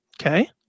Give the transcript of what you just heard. Okay